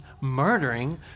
murdering